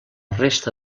resta